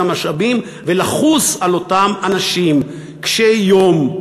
את המשאבים ולחוס על אותם אנשים קשי יום,